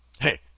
Hey